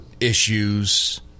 issues